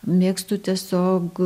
mėgstu tiesiog